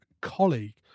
colleague